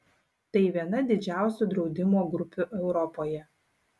tai viena didžiausių draudimo grupių europoje